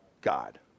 God